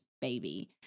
baby